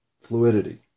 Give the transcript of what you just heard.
fluidity